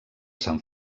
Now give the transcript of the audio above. sant